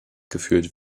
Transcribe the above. geführt